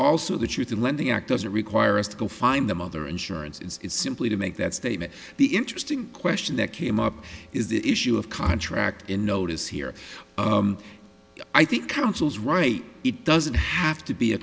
also the truth in lending act doesn't require us to go find them other insurance is simply to make that statement the interesting question that came up is the issue of contract and notice here i think counsel's right it doesn't have to be a